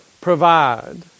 provide